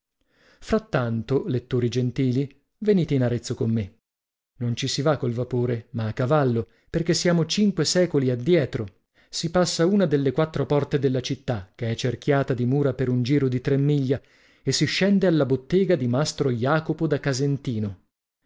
vino frattanto lettori gentili venite in arezzo con me non ci si va col vapore ma a cavallo perchè siamo cinque secoli addietro si passa una delle quattro porte della città che è cerchiata di mura per un giro di tre miglia e si scende alla bottega di mastro jacopo da casentino